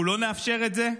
אנחנו לא נאפשר את זה.